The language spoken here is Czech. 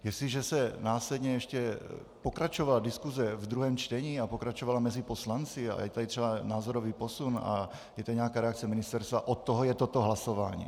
Jestliže následně ještě pokračovala diskuse ve druhém čtení a pokračovala mezi poslanci a je tu třeba i názorový posun a je tu nějaká reakce ministerstva, od toho je toto hlasování.